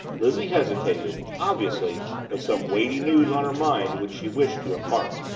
lizzie hesitated, obviously with some weighty news on her mind which she wished to impart.